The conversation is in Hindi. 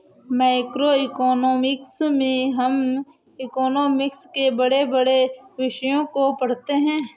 मैक्रोइकॉनॉमिक्स में हम इकोनॉमिक्स के बड़े बड़े विषयों को पढ़ते हैं